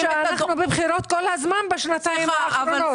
ואל לנו לשכוח שאנחנו בבחירות כל הזמן בשנתיים האחרונות.